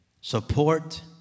support